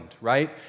right